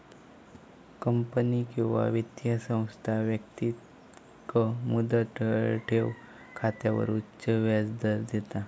company किंवा वित्तीय संस्था व्यक्तिक मुदत ठेव खात्यावर उच्च व्याजदर देता